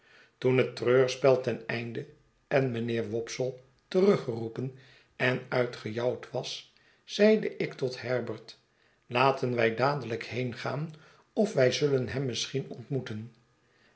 toen het treurspel ten einde en mynheer wopsle teruggeroepen en uitgejouwd was zeide ik tot herbert laten wij dadelijk heengaan of wij zullen hem misschien ontmoeten